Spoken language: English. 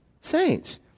Saints